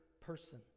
person